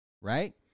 right